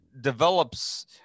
develops